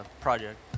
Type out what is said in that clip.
project